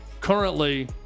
currently